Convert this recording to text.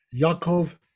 Yaakov